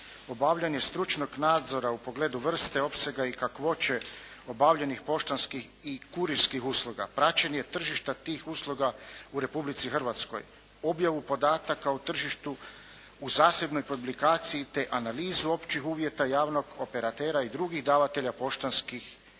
Obavljanje stručnog nadzora u pogledu vrste, opsega i kakvoće obavljenih poštanskih i kurirskih usluga, praćenje tržišta tih usluga u Republici Hrvatskoj, objavu podataka o tržištu u zasebnoj publikaciji te analizu općih uvjeta javnog operatera i drugih davatelja poštanskih i